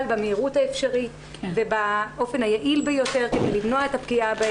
במהירות האפשרית ובאופן היעיל ביותר כדי למנוע את הפגיעה.